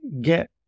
get